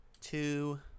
two